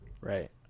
right